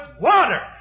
water